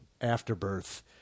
afterbirth